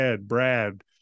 Brad